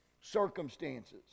circumstances